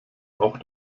auch